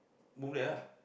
move there ah